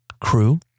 crew